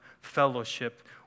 fellowship